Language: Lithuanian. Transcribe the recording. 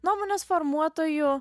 nuomonės formuotoju